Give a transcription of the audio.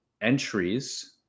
entries